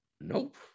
Nope